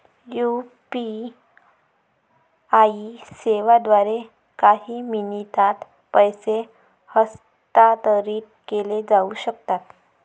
UPI सेवांद्वारे काही मिनिटांत पैसे हस्तांतरित केले जाऊ शकतात